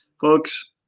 Folks